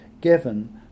given